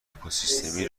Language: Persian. اکوسیستمی